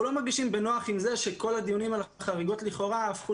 אנחנו לא מרגישים בנוח עם זה שכל הדיונים על החריגות לכאורה הפכו